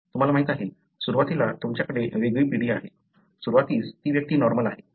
तुम्हाला माहीत आहे सुरवातीला तुमच्याकडे वेगळी पिढी आहे सुरवातीस ती व्यक्ती नॉर्मल आहे